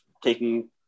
taking